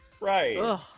Right